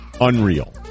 unreal